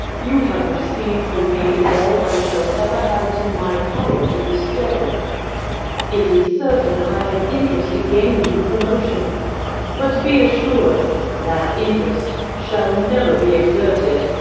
you have received from me all i shall ever have it in my power to bestow it is certain i have interest to gain you promotion but be assured that interest shall never be exerted,